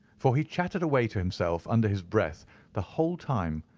for he chattered away to himself under his breath the whole time,